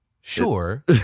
Sure